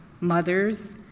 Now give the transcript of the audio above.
mothers